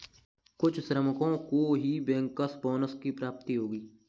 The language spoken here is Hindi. कुछ श्रमिकों को ही बैंकर्स बोनस की प्राप्ति होगी